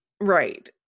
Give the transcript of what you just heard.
Right